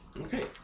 Okay